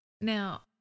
now